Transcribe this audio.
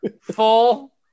Full